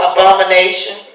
Abomination